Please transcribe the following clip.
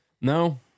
No